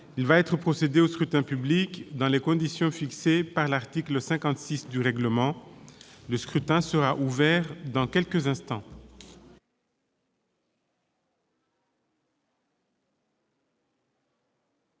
Il va être procédé au scrutin dans les conditions fixées par l'article 56 du règlement. Le scrutin est ouvert. Personne ne demande